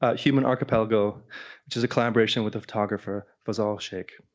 ah human archipelago which is a collaboration with the photographer fazal sheik.